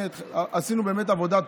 ועשינו באמת עבודה טובה.